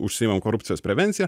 užsiimam korupcijos prevencija